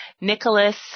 Nicholas